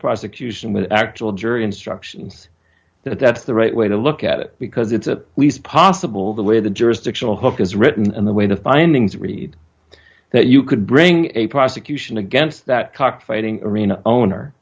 prosecution with actual jury instructions that that's the right way to look at it because it's at least possible the way the jurisdictional hook is written and the way the findings read that you could bring a prosecution against that cockfighting arena owner